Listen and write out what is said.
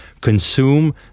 consume